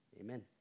Amen